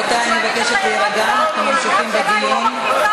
רבותי, אני מבקשת להירגע, אנחנו ממשיכים בדיון.